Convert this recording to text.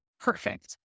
perfect